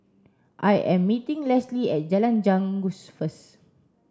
I am meeting Leslie at Jalan Janggus first